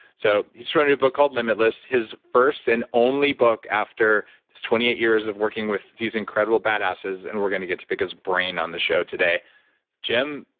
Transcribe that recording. so he just wrote a new book called limitless, his first and only book after his twenty eight years of working with these incredible badasses, and we're going to get to pick his brain on the show today jim,